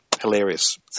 hilarious